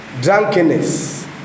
drunkenness